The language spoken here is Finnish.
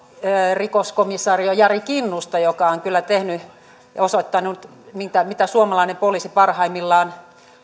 rikoskomisario jari kinnusta joka on kyllä osoittanut mitä mitä suomalainen poliisi parhaimmillaan